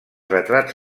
retrats